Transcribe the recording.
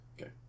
Okay